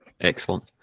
Excellent